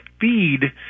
feed